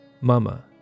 Mama